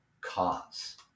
cause